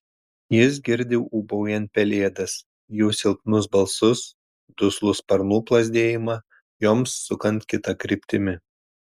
jis girdi ūbaujant pelėdas jų silpnus balsus duslų sparnų plazdėjimą joms sukant kita kryptimi